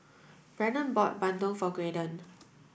Brennon bought Bandung for Graydon